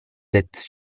that